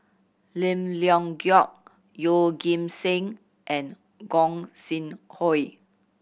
Lim Leong Geok Yeoh Ghim Seng and Gog Sing Hooi